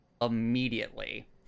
immediately